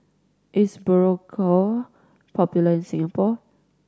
is Berocca popular in Singapore